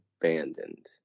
abandoned